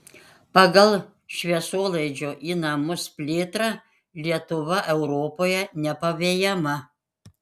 pagal šviesolaidžio į namus plėtrą lietuva europoje nepavejama